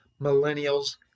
Millennials